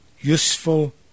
useful